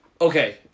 Okay